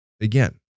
again